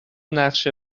نقشه